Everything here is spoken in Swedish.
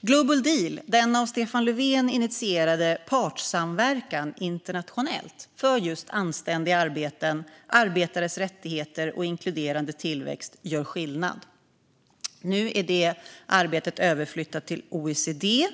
Global Deal, den av Stefan Löfven initierade internationella partssamverkan för anständiga arbeten, arbetares rättigheter och inkluderande tillväxt, gör skillnad. Nu är det arbetet överflyttat till OECD.